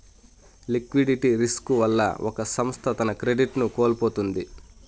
liquidity risk వల్ల ఒక సంస్థ తన క్రెడిట్ ను కోల్పోతుంది